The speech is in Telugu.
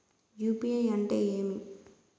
యు.పి.ఐ అంటే ఏమి?